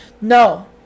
No